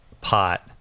pot